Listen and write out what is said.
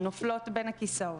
הן נופלות בין הכיסאות?